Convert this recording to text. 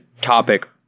topic